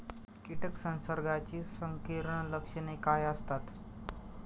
कीटक संसर्गाची संकीर्ण लक्षणे काय असतात?